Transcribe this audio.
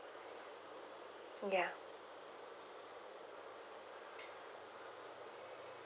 ya